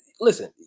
listen